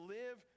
live